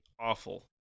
Awful